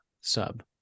sub